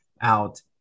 out